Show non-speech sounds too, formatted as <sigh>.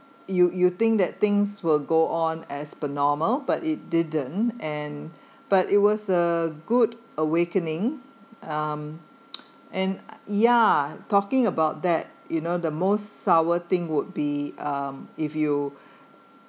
you you think that things will go on as per normal but it didn't and but it was a good awakening um <noise> and ya talking about that you know the most sour thing would be um if you